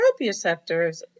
proprioceptors